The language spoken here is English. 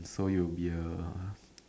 so you'll be a